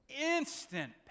Instant